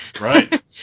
Right